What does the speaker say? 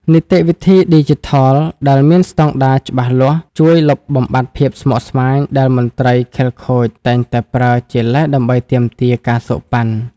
នីតិវិធីឌីជីថលដែលមានស្ដង់ដារច្បាស់លាស់ ជួយលុបបំបាត់ភាពស្មុគស្មាញដែលមន្ត្រីខិលខូចតែងតែប្រើជាលេសដើម្បីទាមទារ ការសូកប៉ាន់។